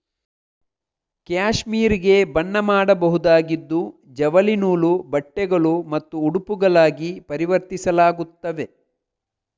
cashmere ಗೆ ಬಣ್ಣ ಮಾಡಬಹುದಾಗಿದ್ದು ಜವಳಿ ನೂಲು, ಬಟ್ಟೆಗಳು ಮತ್ತು ಉಡುಪುಗಳಾಗಿ ಪರಿವರ್ತಿಸಲಾಗುತ್ತದೆ